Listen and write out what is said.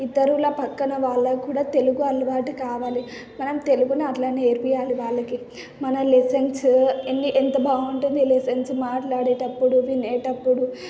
ఇతరుల పక్కన వాళ్ళకు కూడా తెలుగు అలవాటు కావాలి మనం తెలుగుని అలా నేర్పియాలి వాళ్ళకి మన లెసన్స్ ఎన్ని ఎంత బాగుంటది లెసన్స్ మాట్లాడేటప్పుడు వినేటప్పుడు